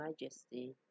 majesty